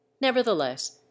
nevertheless